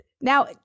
Now